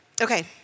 Okay